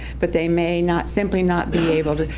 but they may not simply not be able to,